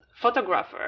photographer